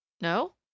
No